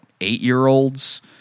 eight-year-olds